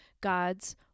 God's